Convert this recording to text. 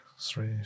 Three